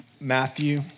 Matthew